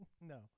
No